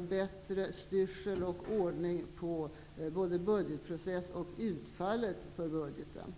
bättre styrsel och ordning på både budgetprocessen och utfallet av budgeten.